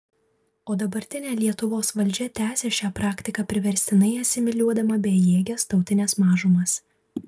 o dabartinė lietuvos valdžia tęsia šią praktiką priverstinai asimiliuodama bejėges tautines mažumas